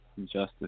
Justice